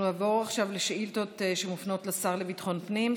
אנחנו נעבור עכשיו לשאילתות שמופנות לשר לביטחון הפנים,